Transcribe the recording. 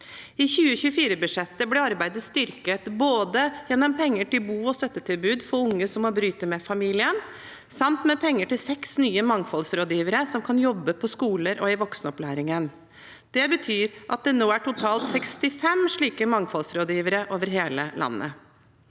I 2024-budsjettet ble arbeidet styrket både gjennom penger til bo- og støttetilbud for unge som må bryte med familien, og med penger til seks nye mangfoldsrådgivere som kan jobbe på skoler og i voksenopplæringen. Det betyr at det nå er totalt 65 slike mangfoldsrådgivere over hele landet.